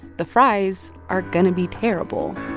the fries are going to be terrible